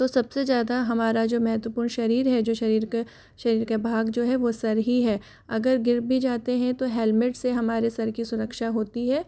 तो सबसे ज़्यादा हमारा जो महत्वपूर्ण हमारा शरीर है जो शरीर का शरीर का भाग जो है वो सिर ही है अगर गिर भी जाते हैं तो हेलमेट सिर की सुरक्षा होती है